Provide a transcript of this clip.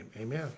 amen